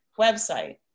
website